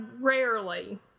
rarely